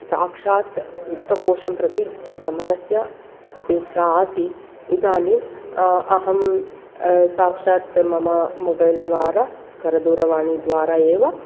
साक्षात् वित्तकोषं प्रति गमनस्य अपेक्षा आसीत् इदानीम् अहं साक्षात् मम मोबैल्द्वारा करदूरवाणीद्वारा एव